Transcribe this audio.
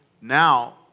Now